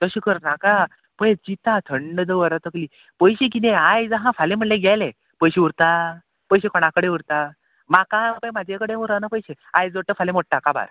तशें करनाका पळय चितां थंड दवर तकली पयशे किदें आयज आहा फाल्यां म्हणलें गेले पयशे उरता पयशे कोणाकडेन उरता म्हाका पळय म्हाजे कडेन उरना पयशे आयज जोडटा फाल्यां मोडटा काबार